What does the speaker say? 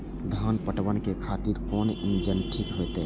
धान पटवन के खातिर कोन इंजन ठीक होते?